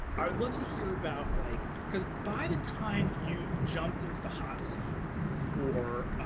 i'd love to hear about. like cause by the time you jumped into the hot seat for